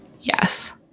yes